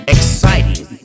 Exciting